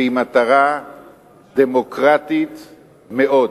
והיא מטרה דמוקרטית מאוד: